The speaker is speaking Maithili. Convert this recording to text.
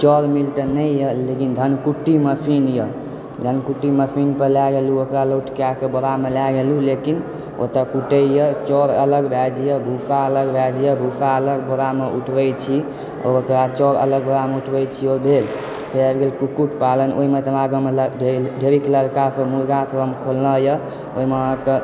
चाउर मिल तऽ नहि यऽ लेकिन धान मिल कुट्टी मशीन यऽ धनकुट्टी मशीन पर लए गेलहुँ ओकरा लोड कएकऽ बोरामे लए गेलउ लेकिन ओतय कुटय यऽ चाउर अलग भए जाइ यऽ भुस्सा अलग भए जाइयऽ भुस्सा अलग बोरामे उठबय छी ओकरा चाउर अलग बोरामे उठबय छी इहो भेल फेर आबि गेल कुक्कुट पालन ओहिमे तऽ हमरा गाँवमऽ ढ़ेरिक लड़कासभ मुर्गा फार्म खोलने यऽ ओहिमे अहाँकेँ